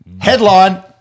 Headline